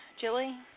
Jilly